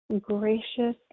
gracious